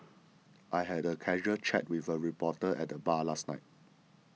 I had a casual chat with a reporter at the bar last night